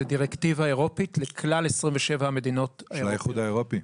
זו דירקטיבה אירופית לכלל 27 המדינות --- של האיחוד האירופי.